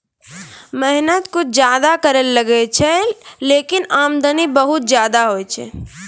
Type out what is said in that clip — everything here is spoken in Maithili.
मेहनत कुछ ज्यादा करै ल लागै छै, लेकिन आमदनी बहुत होय छै